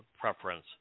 preference